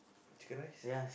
chicken rice